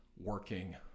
working